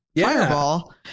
Fireball